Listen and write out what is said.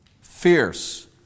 fierce